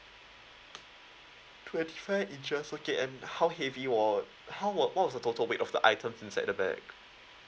twenty five inches okay and how heavy was how was what was the total weight of the items inside the bag